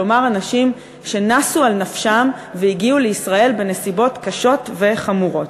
כלומר אנשים שנסו על נפשם והגיעו לישראל בנסיבות קשות וחמורות.